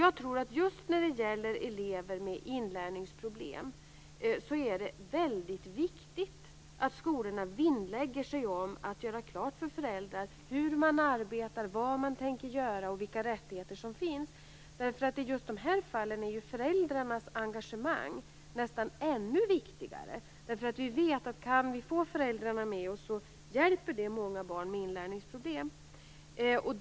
Jag tror att det just för elever med inlärningsproblem är väldigt viktigt att skolorna vinnlägger sig om att göra klart för föräldrarna hur man arbetar, vad man tänker göra och vilka rättigheter som finns. I just de här fallen är ju föräldrarnas engagemang nästan ännu viktigare, eftersom vi vet att många barn med inlärningsproblem är hjälpta av att skolan kan få föräldrarna med sig.